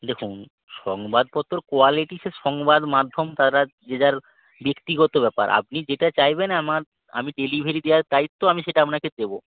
দেখুন সংবাদপত্রর কোয়ালিটি সে সংবাদ মাধ্যম তারা যে যার ব্যক্তিগত ব্যাপার আপনি যেটা চাইবেন আমার আমি ডেলিভারি দেওয়ার দায়িত্ব আমি সেটা আপনাকে দেবো